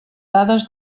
dades